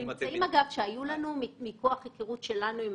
הממצאים שהיו לנו מכוח ההיכרות שלנו עם